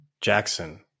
Jackson